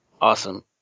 Awesome